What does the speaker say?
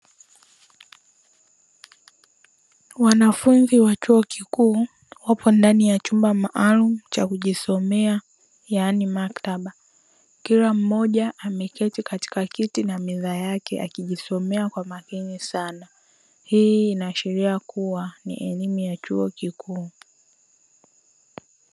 Wanafunzi wa chuo kikuu wapo ndani ya chumba maalumu cha kujisomea yaani maktaba kila mmoja ameketi katika kiti na meza yake akijisomea kwa makini sana. Hii inaashiria kuwa ni elimu ya chuo kikuu.